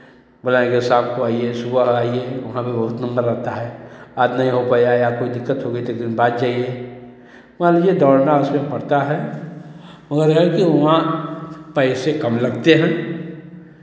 बुलाएंगे शाम को आइए सुबह आइए वहाँ भी बहुत नंबर आता है आज नहीं हो पाया या कोई दिक्कत हो गई तो एक दिन बाद जाइए वहाँ मुझे दौड़ना उसमें पड़ता है मगर ये है की वहाँ पैसे कम लगते हैं